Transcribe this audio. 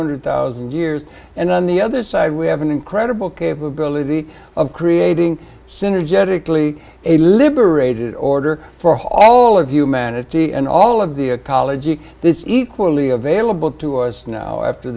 hundred thousand years and on the other side we have an incredible capability of creating synergetic glee a liberated order for all of humanity and all of the ecology that's equally available to as now after